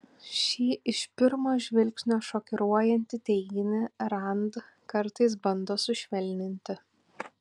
šį iš pirmo žvilgsnio šokiruojantį teiginį rand kartais bando sušvelninti